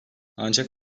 ancak